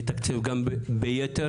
יתקצב גם ביתר.